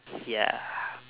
ya